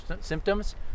symptoms